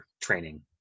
training